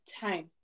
time